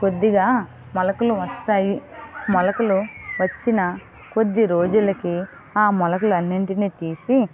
కొద్దిగా మొలకలు వస్తాయి మొలకలు వచ్చిన కొద్ది రోజులకి ఆ మొలకలు అన్నింటిని తీసి